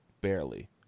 Barely